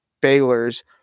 Baylor's